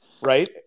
right